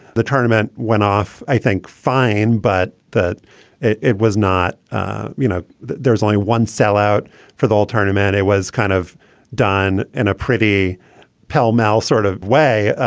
the tournament went off, i think fine, but that it it was not you know, there's only one cell out for the all tournament. it was kind of done in a pretty pell mell sort of way.